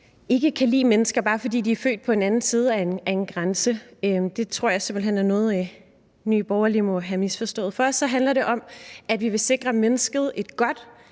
ikke kan lide mennesker, bare fordi de er født på en anden side af en grænse. Det tror jeg simpelt hen er noget Nye Borgerlige må have misforstået. For os handler det om, at vi vil sikre mennesket et godt,